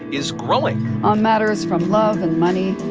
is growing on matters from love and money